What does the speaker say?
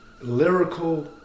lyrical